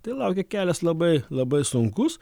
tai laukia kelias labai labai sunkus